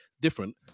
different